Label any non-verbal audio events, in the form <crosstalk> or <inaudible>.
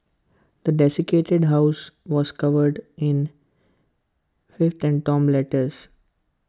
the <unintelligible> house was covered in filth and torn letters